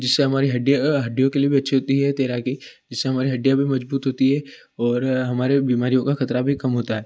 जिससे हमारी हड्डियाँ हड्डियों के लिए भी अच्छी होती है तैराकी जिससे हमारी हड्डियाँ भी मजबूत होती है और हमारे बीमारियों का खतरा भी कम होता है